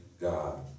God